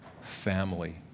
family